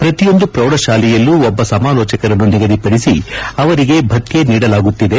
ಪ್ರತಿಯೊಂದು ಪ್ರೌಢಶಾಲೆಯಲ್ಲೂ ಒಬ್ಲ ಸಮಾಲೋಚಕರನ್ನು ನಿಗದಿಪಡಿಸಿ ಅವರಿಗೆ ಭತ್ನ ನೀಡಲಾಗುತ್ತಿದೆ